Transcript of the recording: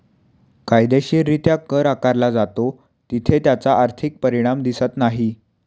कायदेशीररित्या कर आकारला जातो तिथे त्याचा आर्थिक परिणाम दिसत नाही